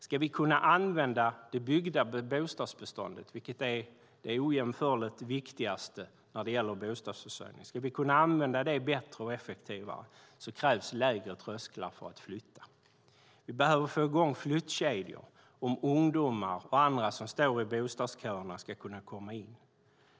Ska vi kunna använda det byggda bostadsbeståndet bättre och effektivare, vilket är det ojämförligt viktigaste när det gäller bostadsförsörjningen, krävs lägre trösklar för att flytta. Vi behöver få i gång flyttkedjor om ungdomar och andra som står i bostadsköerna ska kunna komma in.